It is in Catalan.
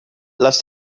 les